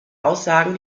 aussagen